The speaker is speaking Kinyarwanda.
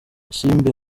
isimbi